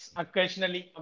occasionally